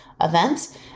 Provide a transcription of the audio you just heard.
events